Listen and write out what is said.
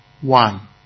one